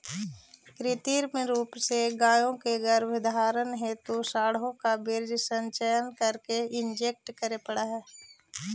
कृत्रिम रूप से गायों के गर्भधारण हेतु साँडों का वीर्य संचय करके इंजेक्ट करे पड़ हई